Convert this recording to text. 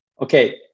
Okay